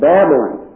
Babylon